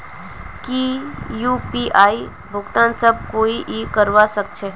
की यु.पी.आई भुगतान सब कोई ई करवा सकछै?